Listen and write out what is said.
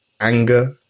anger